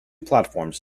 platforms